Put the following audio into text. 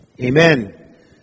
Amen